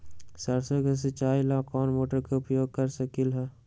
सरसों के सिचाई ला कोंन मोटर के उपयोग कर सकली ह?